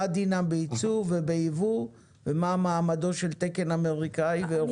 מה דינם בייצוא ובייבוא ומה מעמדו של תקן אמריקאי ואירופי.